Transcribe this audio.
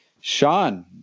Sean